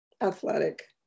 athletic